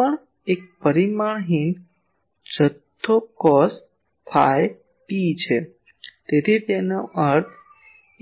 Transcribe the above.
આ પણ એક પરિમાણહીન જથ્થો કોસ ફાઇ પી છે તેથી તેનો અર્થ